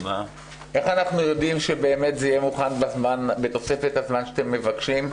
איך אנחנו יודעים שזה באמת יהיה מוכן בתוספת הזמן שאתם מבקשים?